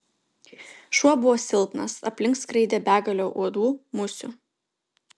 šuo buvo silpnas aplink skraidė begalė uodų musių